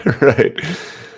right